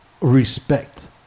respect